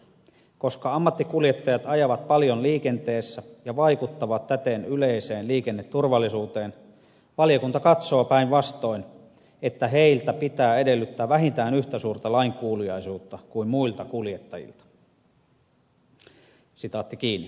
koska ammattikuljettajat ajavat paljon liikenteessä ja vaikuttavat täten yleiseen liikenneturvallisuuteen valiokunta katsoo päinvastoin että heiltä pitää edellyttää vähintään yhtä suurta lainkuuliaisuutta kuin muilta kuljettajilta